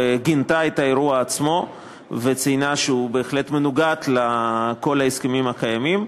גינתה את האירוע עצמו וציינה שהוא בהחלט מנוגד לכל ההסכמים הקיימים.